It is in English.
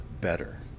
better